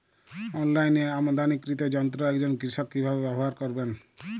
অনলাইনে আমদানীকৃত যন্ত্র একজন কৃষক কিভাবে ব্যবহার করবেন?